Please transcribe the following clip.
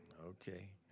Okay